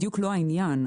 העניין,